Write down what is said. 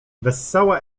wessała